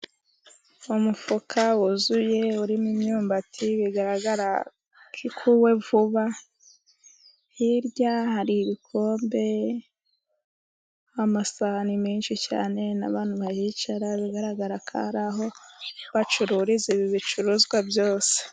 Umufuka wuzuye， urimo imyumbati， bigaragara ko ikuwe vuba， hirya hari ibikombe， amasahani menshi cyane， n'abantu bahicara，bigaragara ko ari aho bacururiza ibi bicuruzwa byose.